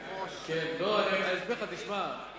היושב-ראש המעיט